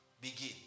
begin